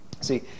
See